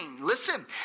Listen